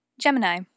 Gemini